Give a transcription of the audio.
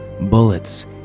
Bullets